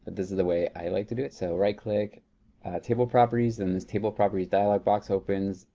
this is the way i like to do it, so right click table properties and this table properties dialog box opens.